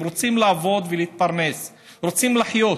הם רוצים לעבוד ולהתפרנס, רוצים לחיות.